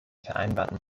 vereinbarten